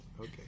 Okay